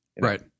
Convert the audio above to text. Right